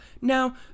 Now